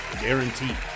guaranteed